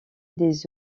des